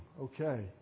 okay